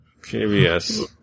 KBS